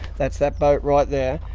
that's that boat right there,